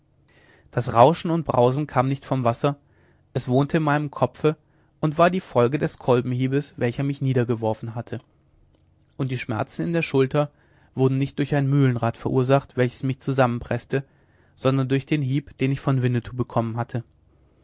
das rauschen und brausen kam nicht vom wasser es wohnte in meinem kopfe und war die folge des kolbenhiebes welcher mich niedergeworfen hatte und die schmerzen in der schulter wurden nicht durch ein mühlenrad verursacht welches mich zusammenpreßte sondern durch den hieb den ich von winnetou bekommen hatte